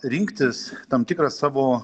rinktis tam tikrą savo